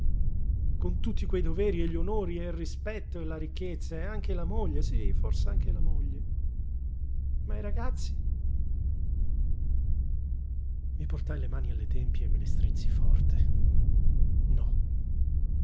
con tutti quei doveri e gli onori e il rispetto e la ricchezza e anche la moglie sí fors'anche la moglie ma i ragazzi i portai le mani alle tempie e me le strinsi forte no